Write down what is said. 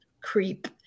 creep